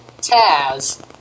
Taz